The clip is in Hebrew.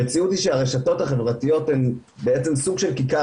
המציאות היא שהרשתות החברתיות הן בעצם סוג של ככר